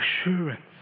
assurance